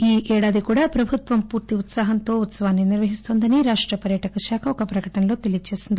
ఈ ఏడాది కూడా ప్రభుత్వం పూర్తి ఉత్పాహంతో ఈ ఉత్పవాన్ని నిర్వహిస్తోందని రాష్ట పర్యాటక శాఖ ఒక ప్రకటనలో తెలియజేసింది